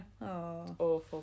Awful